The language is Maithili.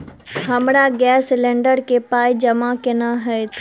हमरा गैस सिलेंडर केँ पाई जमा केना हएत?